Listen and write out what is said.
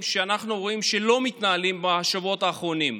שאנחנו רואים שלא מתנהלים בשבועות האחרונים.